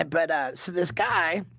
ah but so this guy